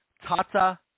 Tata